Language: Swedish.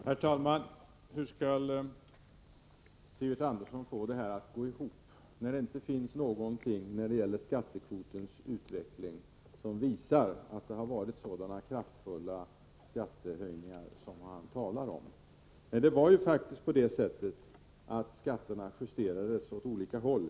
Herr talman! Hur skall Sivert Andersson få det här att gå ihop, när det inte finns någonting i skattekvotens utveckling som visar att det har varit sådana kraftiga skattehöjningar som han talar om? Det var faktiskt på det sättet att skatterna justerades åt båda håll.